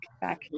back